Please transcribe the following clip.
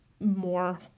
more